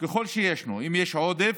ככל שישנו, אם יש עודף.